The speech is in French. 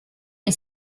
est